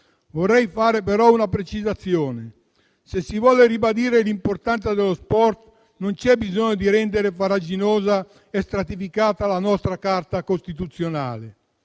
Vorrei fare però una precisazione. Se si vuole ribadire l'importanza dello sport, non c'è bisogno di rendere farraginosa e stratificata la nostra Carta costituzionale,